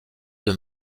deux